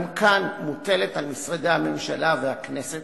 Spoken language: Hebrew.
גם כאן מוטלת על משרדי הממשלה והכנסת